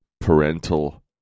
parental